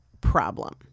problem